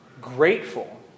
grateful